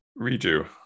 Redo